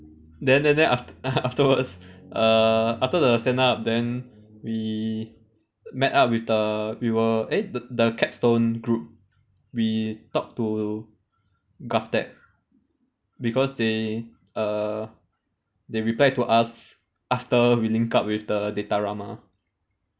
then then then aft~ afterwards uh after the stand up then we met up with the we will eh the the capstone group we talked to GovTech because they err they replied to us after we linked up with the datarama